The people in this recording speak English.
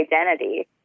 identity